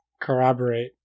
corroborate